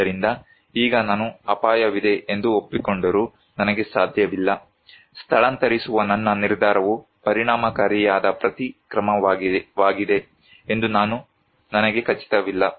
ಆದ್ದರಿಂದ ಈಗ ನಾನು ಅಪಾಯವಿದೆ ಎಂದು ಒಪ್ಪಿಕೊಂಡರೂ ನನಗೆ ಸಾಧ್ಯವಿಲ್ಲ ಸ್ಥಳಾಂತರಿಸುವ ನನ್ನ ನಿರ್ಧಾರವು ಪರಿಣಾಮಕಾರಿಯಾದ ಪ್ರತಿ ಕ್ರಮವಾಗಿದೆ ಎಂದು ನನಗೆ ಖಚಿತವಿಲ್ಲ